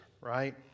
right